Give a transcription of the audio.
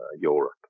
Europe